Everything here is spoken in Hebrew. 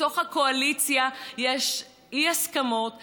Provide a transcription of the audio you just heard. בתוך הקואליציה יש אי-הסכמות ואי-הבנות,